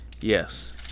Yes